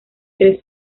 tres